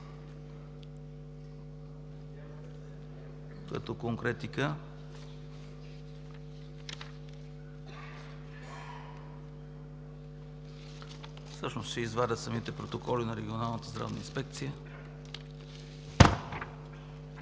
като конкретика. Ще извадя самите протоколи на Регионалната здравна инспекция.